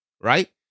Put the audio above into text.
right